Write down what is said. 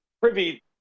privy